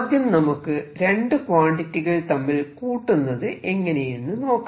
ആദ്യം നമുക്ക് രണ്ടു ക്വാണ്ടിറ്റികൾ തമ്മിൽ കൂട്ടുന്നത് എങ്ങനെയെന്ന് നോക്കാം